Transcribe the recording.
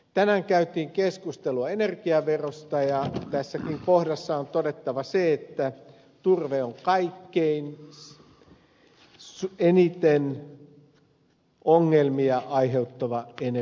tänään käytiin keskustelua energiaverosta ja tässäkin kohdassa on todettava se että turve on kaikkein eniten ongelmia aiheuttava energian lähde